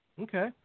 okay